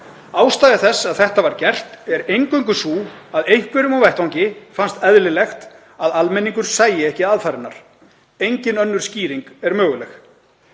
Ástæða þess að þetta var gert er eingöngu sú að einhverjum á vettvangi fannst eðlilegt að almenningur sæi ekki aðfarirnar. Engin önnur skýring er möguleg.